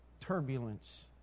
turbulence